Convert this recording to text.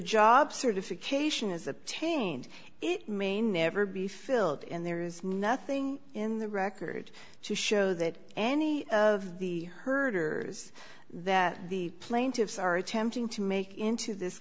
job certification is attained it may never be filled and there is nothing in the record to show that any of the herders that the plaintiffs are attempting to make into this